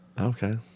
Okay